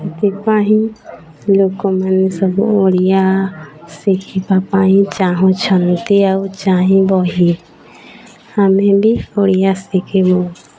ସେଥିପାଇଁ ଲୋକମାନେ ସବୁ ଓଡ଼ିଆ ଶିଖିବା ପାଇଁ ଚାହୁଁଛନ୍ତି ଆଉ ଚାହିଁବ ହିଁ ଆମେ ବି ଓଡ଼ିଆ ଶିଖିବୁ